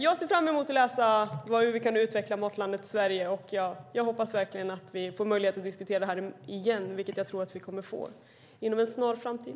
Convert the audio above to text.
Jag ser fram emot att läsa om hur vi kan utveckla Matlandet Sverige, och jag hoppas verkligen att vi får möjlighet att diskutera detta igen. Det tror jag också att vi kommer att få inom en snar framtid.